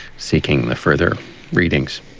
seeking the further readings?